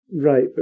Right